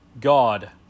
God